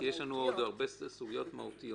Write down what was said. כי יש לנו עדיין עוד הרבה סוגיות מהותיות